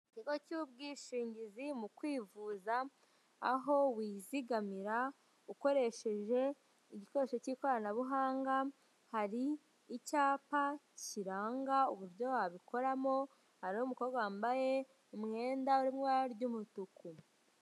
Ikigo cy'ubwishingizi mu kwivuza aho wizigamira ukoresheje igikoresho k'ikoranabuhanga hari icyapa kiranga uburyo wabikoramo, hariho umukobwa wambaye umwenda wo mu ibara ry'umutuku.